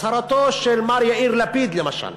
הצהרתו של מר יאיר לפיד, למשל,